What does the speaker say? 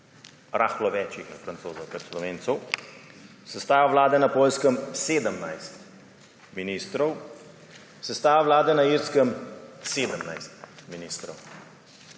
rahlo več je Francozov kot Slovencev, sestava vlade na Poljskem 17 ministrov, sestava vlade na Irskem 17 ministrov.